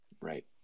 Right